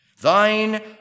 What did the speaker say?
Thine